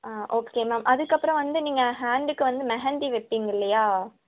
ஆ okay ma'am அதுக்கப்புறம் வந்து நீங்கள் ஹேண்டுக்கு வந்து மெஹந்தி வைப்பிங்க இல்லையா